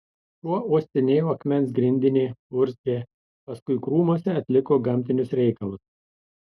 šuo uostinėjo akmens grindinį urzgė paskui krūmuose atliko gamtinius reikalus